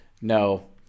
No